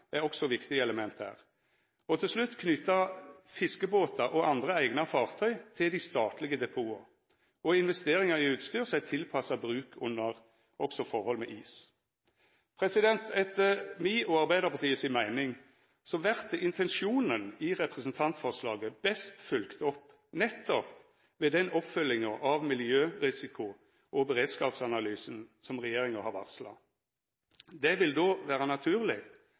knyta fiskebåtar og andre eigna fartøy til dei statlege depota investeringar i utstyr tilpassa bruk under forhold med is Etter mi og Arbeidarpartiet si meining vert intensjonen i representantforslaget best følgd opp nettopp ved den oppfølginga av miljørisiko- og beredskapsanalysen som regjeringa har varsla. Det vil vera naturleg